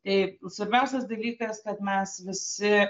tai svarbiausias dalykas kad mes visi